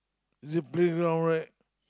it's a playground right